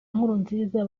nkurunziza